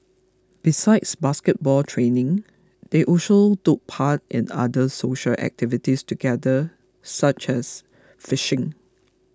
besides basketball training they also took part in other social activities together such as fishing